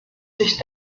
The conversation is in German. sich